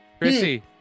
Chrissy